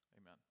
Amen